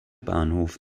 bahnhof